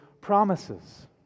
promises